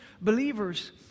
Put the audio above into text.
believers